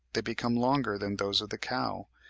they become longer than those of the cow,